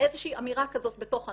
איזו שהיא אמירה כזאת בתוך הנוהל,